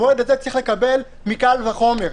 המועד הזה צריך לקבל קל וחומר.